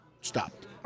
stopped